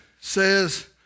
says